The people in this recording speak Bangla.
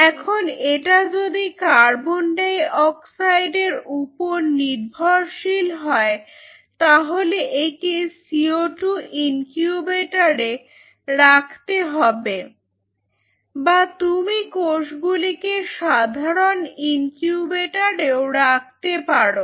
এখন এটা যদি কার্বন ডাই অক্সাইডের উপর নির্ভরশীল হয় তাহলে একে CO2 ইনকিউবেটরে রাখতে হবে বা তুমি কোষগুলিকে সাধারণ ইনকিউবেটরেও রাখতে পারো